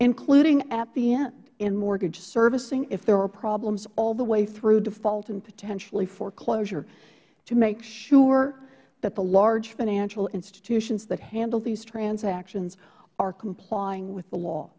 including at the end in mortgage servicing if there are problems all the way through a default and potentially foreclosure to make sure that the large financial institutions that handle these transactions are complying with the law